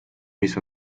mis